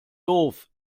doof